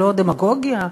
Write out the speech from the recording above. ללא דמגוגיה,